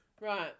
Right